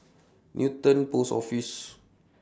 Newton Post Office